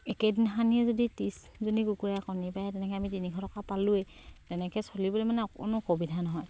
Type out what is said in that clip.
একেদিনাখনেই যদি ত্ৰিছজনী কুকুৰাই কণী পাৰে তেনেকে আমি তিনিশ টকা পালোৱেই তেনেকে চলিবলৈ মানে অকণো অসুবিধা নহয়